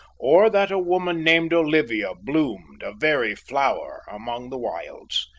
or that a woman named olivia bloomed, a very flower, among the wilds!